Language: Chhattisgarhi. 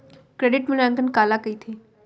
क्रेडिट मूल्यांकन काला कहिथे?